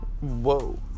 Whoa